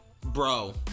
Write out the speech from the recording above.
bro